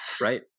Right